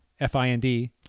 F-I-N-D